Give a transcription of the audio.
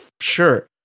sure